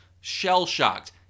shell-shocked